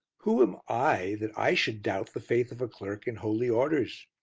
who am i that i should doubt the faith of a clerk in holy orders?